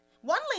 One